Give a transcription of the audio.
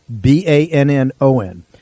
B-A-N-N-O-N